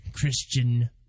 Christian